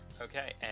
Okay